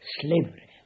slavery